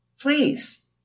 Please